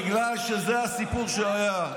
בגלל שזה הסיפור שהיה,